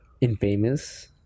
Infamous